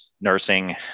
nursing